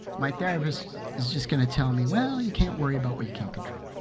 my therapist is just going to tell me, well, you can't worry about what you can't control.